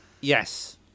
Yes